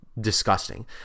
disgusting